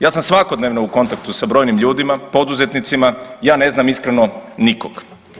Ja sam svakodnevno u kontaktu sa brojnim ljudima, poduzetnicima, ja ne znam iskreno nikog.